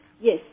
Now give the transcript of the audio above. yes